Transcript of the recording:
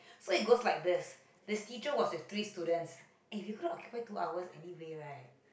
so it goes like this this teacher was with three students eh we couldn't occupy two hours anyway right